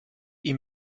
ihm